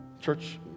church